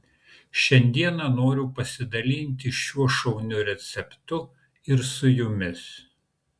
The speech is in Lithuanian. šiandieną noriu pasidalinti šiuo šauniu receptu ir su jumis